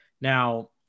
Now